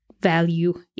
value